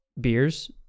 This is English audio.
beers